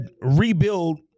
rebuild